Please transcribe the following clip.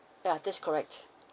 yeah that's correct